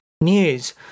news